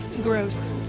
Gross